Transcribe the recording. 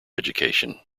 education